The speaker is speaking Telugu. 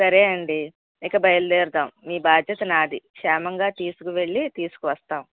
సరే అండి ఇక బయలుదేరుదాము మీ బాధ్యత నాది క్షేమంగా తీసుకువెళ్ళి తీసుకువస్తాము